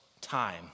time